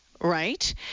right